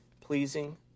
pleasing